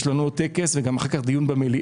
יש לנו עוד טקס ואחר כך דיון במליאה,